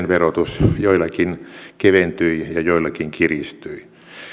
verotus samoin joillakin keventyi ja joillakin kiristyi